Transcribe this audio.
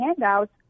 handouts